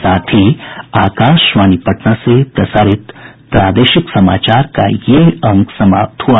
इसके साथ ही आकाशवाणी पटना से प्रसारित प्रादेशिक समाचार का ये अंक समाप्त हुआ